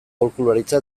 aholkularitza